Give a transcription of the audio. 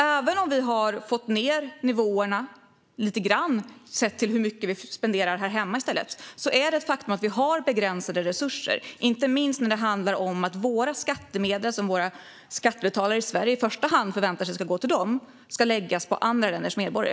Även om vi har fått ned nivåerna lite, sett till hur mycket vi spenderar här hemma, är det ett faktum att vi har begränsade resurser. Inte minst gäller det när våra skattemedel, som Sveriges skattebetalare i första hand förväntar sig ska gå till dem, ska läggas på andra länders medborgare.